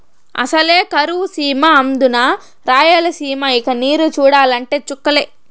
అసలే కరువు సీమ అందునా రాయలసీమ ఇక నీరు చూడాలంటే చుక్కలే